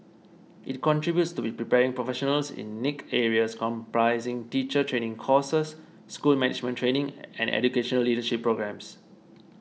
it contributes to be preparing professionals in niche areas comprising teacher training courses school management training and educational leadership programmes